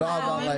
לא עברה.